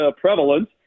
prevalent